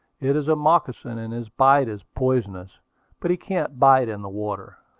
it is a moccasin, and his bite is poisonous but he can't bite in the water.